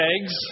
eggs